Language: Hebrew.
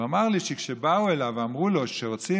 ואמר לי שכשבאו אליו ואמרו לו שרוצים